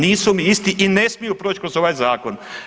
Nisu mi isti i ne smiju proći kroz ovaj zakon.